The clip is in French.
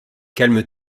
calme